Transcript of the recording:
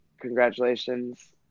congratulations